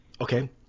Okay